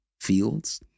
fields